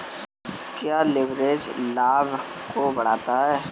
क्या लिवरेज लाभ को बढ़ाता है?